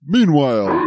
Meanwhile